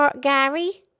Gary